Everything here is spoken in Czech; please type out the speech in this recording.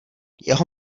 jeho